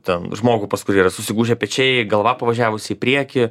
ten žmogų pas kurį yra susigūžę pečiai galva pavažiavus į priekį